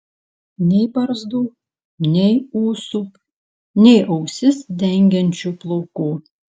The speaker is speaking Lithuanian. nei barzdų nei ūsų nei ausis dengiančių plaukų